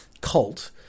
cult